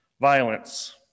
violence